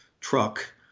truck